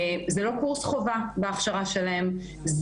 זה לא קורס חובה בהכשרה שלהם,